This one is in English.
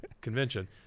Convention